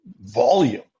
volume